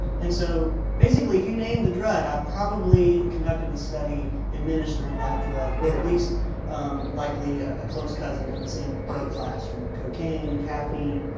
and so basically if you name the drug, i've probably conducted a study administering that drug. or at least likely ah close cousin in the same drug class, from cocaine, caffeine,